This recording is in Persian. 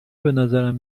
بنظرم